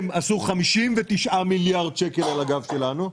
הם עשו 59 מיליארד שקלים על הגב שלנו,